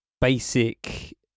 basic